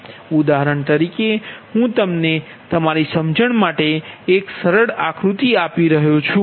ઉદાહરણ તરીકે હું તમને તમારી સમજણ માટે એક સરળ આકૃતિ આપી રહ્યો છું